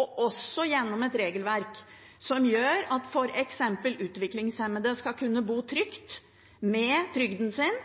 og også gjennom et regelverk som gjør at f.eks. utviklingshemmede skal kunne bo trygt med trygden sin